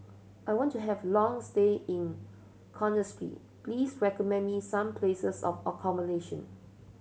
I want to have a long stay in Conakry please recommend me some places of accommodation